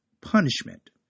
punishment